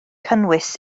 cynnwys